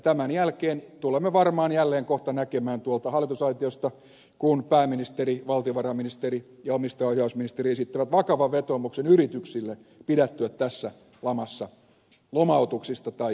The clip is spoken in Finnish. tämän jälkeen tulemme varmaan jälleen kohta näkemään tuolta hallitusaitiosta kun pääministeri valtiovarainministeri ja omistajaohjausministeri esittävät vakavan vetoomuksen yrityksille pidättyä tässä lamassa lomautuksista tai irtisanomisista